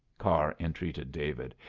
carr entreated david.